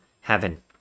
heaven